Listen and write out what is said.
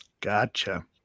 Gotcha